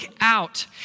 out